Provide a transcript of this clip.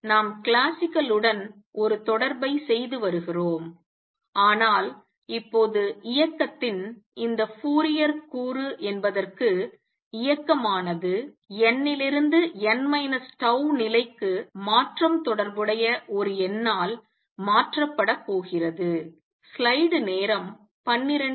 எனவே நாம் கிளாசிக்கல் உடன் ஒரு தொடர்பை செய்து வருகிறோம் ஆனால் இப்போது இயக்கத்தின் எந்த ஃபோரியர் கூறு என்பதற்கு இயக்கமானது nலிருந்து n τ நிலைக்கு மாற்றம் தொடர்புடைய ஒரு எண்ணால் மாற்றப்பட போகிறது